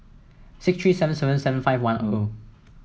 six three seven seven seven five one O